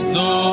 no